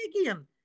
again